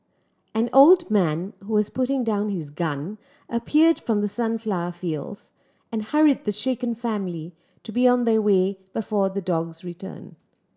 an old man who was putting down his gun appeared from the sunflower fields and hurried the shaken family to be on their way before the dogs return